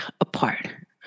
apart